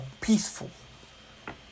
peaceful